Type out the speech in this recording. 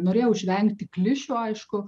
norėjau išvengti klišių aišku